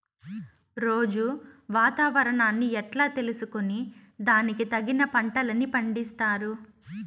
రోజూ వాతావరణాన్ని ఎట్లా తెలుసుకొని దానికి తగిన పంటలని పండిస్తారు?